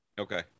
Okay